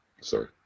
sorry